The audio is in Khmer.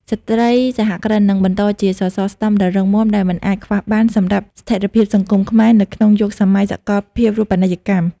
ស្ត្រីសហគ្រិននឹងបន្តជាសសរស្តម្ភដ៏រឹងមាំដែលមិនអាចខ្វះបានសម្រាប់ស្ថិរភាពសង្គមខ្មែរនៅក្នុងយុគសម័យសកលភាវូបនីយកម្ម។